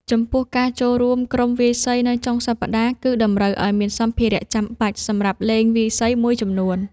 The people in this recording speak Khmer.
ចំពោះការចូលរួមក្រុមវាយសីនៅចុងសប្តាហ៍ គឺតម្រូវឲ្យមានសម្ភារៈចាំបាច់សម្រាប់លេងវាយសីមួយចំនួន។